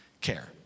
care